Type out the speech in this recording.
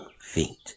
feet